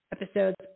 Episodes